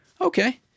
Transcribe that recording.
Okay